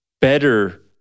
better